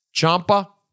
champa